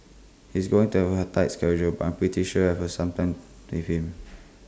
he's going to have A tight schedule but I'm pretty sure I'll have some time with him